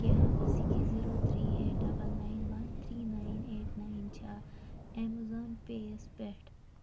کیٛاہ six zero three eight double nine one three nine eight nine چھا Amazon pay یَس پٮ۪ٹھ